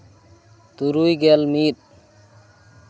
ᱛᱩᱨᱩᱭ ᱜᱮᱞ ᱢᱤᱫ